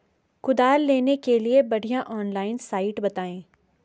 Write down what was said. कुदाल लेने के लिए बढ़िया ऑनलाइन साइट बतायें?